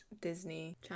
Disney